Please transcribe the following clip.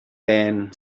then